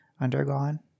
undergone